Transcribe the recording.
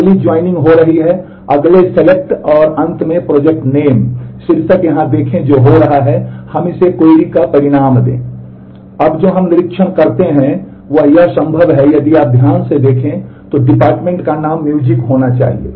अब हम जो निरीक्षण करते हैं वह यह संभव है कि यदि आप ध्यान से देखें तो डिपार्टमेंट होना चाहिए